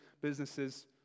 businesses